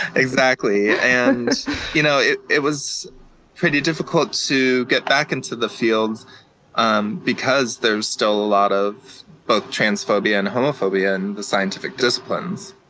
exactly. and you know, it it was pretty difficult to get back into the fields um because there's still a lot of both transphobia and homophobia in the scientific disciplines.